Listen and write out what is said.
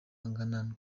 angana